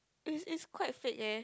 it's it's quite fake eh